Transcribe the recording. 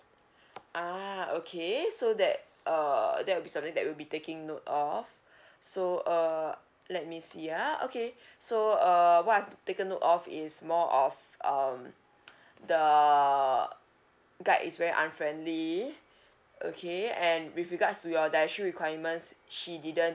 ah okay so that uh there will be something that will be taking note of so uh let me see ah okay so uh what I've taken note of is more of um the guide is very unfriendly okay and with regards to your dietary requirements she didn't